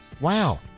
Wow